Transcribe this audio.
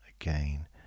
again